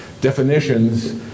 definitions